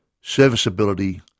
serviceability